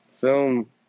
film